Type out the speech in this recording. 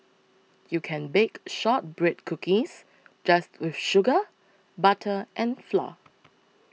you can bake Shortbread Cookies just with sugar butter and flour